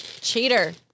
Cheater